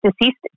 deceased